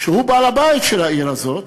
שהוא בעל-הבית של העיר הזאת,